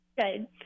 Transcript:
Good